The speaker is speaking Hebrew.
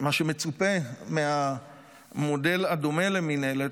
מה שמצופה מהמודל הדומה למינהלת,